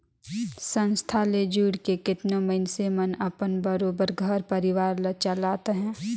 संस्था ले जुइड़ के केतनो मइनसे मन अपन बरोबेर घर परिवार ल चलात अहें